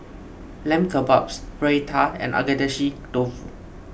Lamb Kebabs Raita and Agedashi Dofu